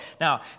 Now